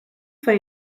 for